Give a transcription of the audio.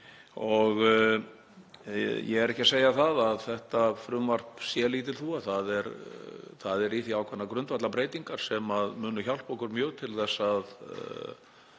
Ég er ekki að segja að þetta frumvarp sé lítil þúfa. Það eru í því ákveðnar grundvallarbreytingar sem munu hjálpa okkur mjög til þess að